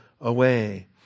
away